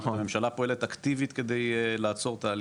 זאת אומרת הממשלה פועלת אקטיבית כדי לעצור את העלייה.